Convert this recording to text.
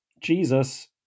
Jesus